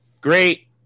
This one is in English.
great